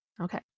Okay